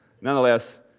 Nonetheless